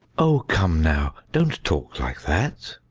oh, come now. don't talk like that.